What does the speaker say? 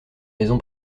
maison